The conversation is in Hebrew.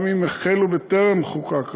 גם אם החלו בטרם חוקק החוק,